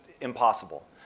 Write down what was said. impossible